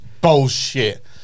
bullshit